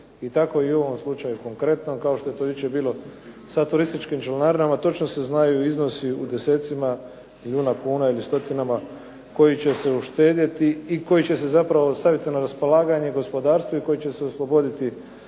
i tako i u ovom slučaju konkretnom kao što je to jučer bilo sa turističkim članarinama. Točno se znaju iznosi u desecima milijuna kuna ili stotinama koji će se uštedjeti i koji će se zapravo staviti na raspolaganje gospodarstvu i koji će se osloboditi